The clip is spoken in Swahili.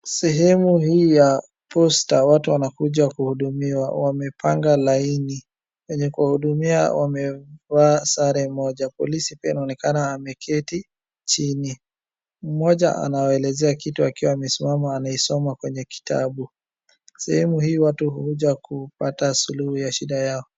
Sehemu hii ya posta watu wanakuja kuhudumiwa, wamepanga laini. Wenye kuwahudumia wamevaa sare moja. Polisi pia inaonekana ameketi chini. Mmoja anawaelezea kitu akiwa amesimama, anaisoma kwenye kitabu. Sehemu hii watu hukuja kupata suluhu ya shida yao.